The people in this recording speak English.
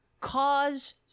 cause